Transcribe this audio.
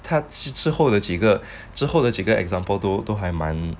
他之之后的几个之后的几个 example 都还蛮